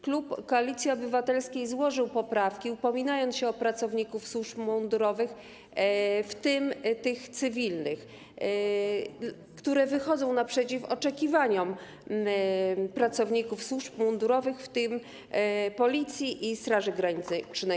Klub Koalicji Obywatelskiej złożył poprawki, upominając się o pracowników służb mundurowych, w tym tych cywilnych, które wychodzą naprzeciw oczekiwaniom pracowników służb mundurowych, w tym Policji i Straży Granicznej.